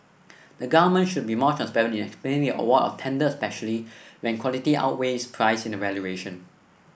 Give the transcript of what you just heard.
the government should be more transparent in explaining the award of tender especially when quality outweighs price in the evaluation